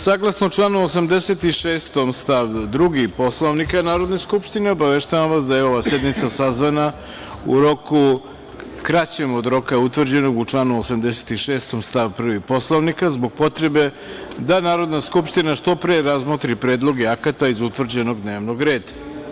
Saglasno članu 86. stav 2. Poslovnika Narodne skupštine, obaveštavam vas da je ova sednica sazvana u roku kraćem od roka utvrđenog u članu 86. stav 1. Poslovnika, zbog potrebe da Narodna skupština što pre razmotri predloge akata iz utvrđenog dnevnog reda.